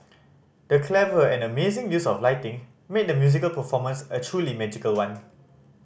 the clever and amazing use of lighting made the musical performance a truly magical one